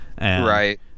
Right